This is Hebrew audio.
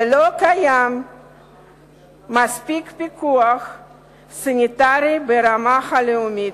ולא קיים מספיק פיקוח סניטרי ברמה הלאומית.